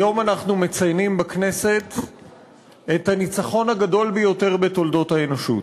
היום אנחנו מציינים בכנסת את הניצחון הגדול ביותר בתולדות האנושות.